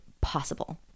possible